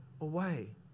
away